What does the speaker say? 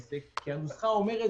נזק כלכלי מהפתיחה והסגירה כמו אקורדיון.